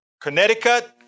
Connecticut